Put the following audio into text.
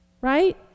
Right